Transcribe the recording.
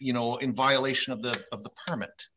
you know in violation of the of the permit